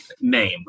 name